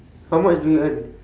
how much do you earn